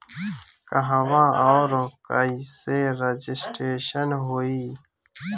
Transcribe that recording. कहवा और कईसे रजिटेशन होई?